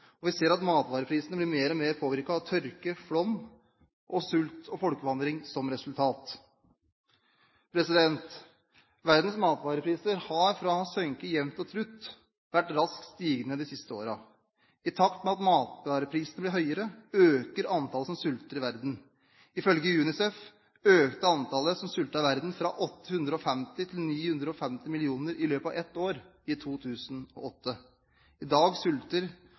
og mer påvirket av tørke og flom med sult og folkevandring som resultat. Verdens matvarepriser har fra å ha sunket jevnt og trutt vært raskt stigende de siste årene. I takt med at matvareprisene blir høyere, øker antallet som sulter i verden. Ifølge UNICEF økte antallet som sultet i verden, fra 850 mill. til 950 mill. i løpet av ett år, i 2008. I dag sulter